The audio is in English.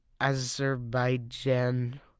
Azerbaijan